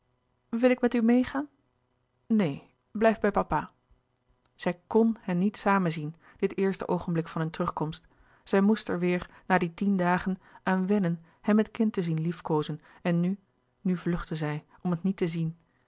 wil ik met u meêgaan neen blijf bij papa zij kn hen niet samenzien dit eerste oogenblik van terugkomst zij moest er weêr na die tien dagen aan wennen hem het kind te zien liefkoozen en nu nu vluchtte zij om het niet te zien